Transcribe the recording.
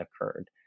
occurred